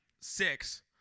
six